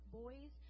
boys